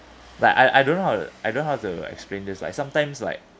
but I I don't know how to I don't know how to explain this like sometimes like